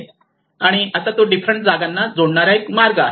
पण आता तो डिफरंट जागांना जोडणारा एक मार्ग बनला आहे